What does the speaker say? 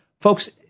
Folks